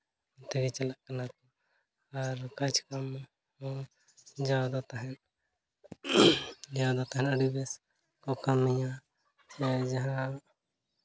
ᱚᱱᱛᱮ ᱜᱮ ᱪᱟᱞᱟᱜ ᱠᱟᱱᱟ ᱠᱚ ᱟᱨ ᱚᱠᱟ ᱡᱚᱠᱷᱚᱱ ᱫᱚ ᱡᱟᱣ ᱫᱚ ᱛᱟᱦᱮᱸᱫ ᱡᱟᱦᱟᱸ ᱫᱚ ᱛᱟᱦᱮᱱᱟ ᱟᱹᱰᱤ ᱵᱮᱥ ᱠᱚ ᱠᱟᱹᱢᱤᱭᱟ ᱡᱟᱦᱟᱸᱭ ᱡᱟᱦᱟᱸ